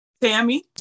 Tammy